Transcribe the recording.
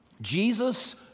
Jesus